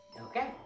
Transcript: Okay